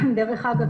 דרך אגב,